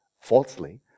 falsely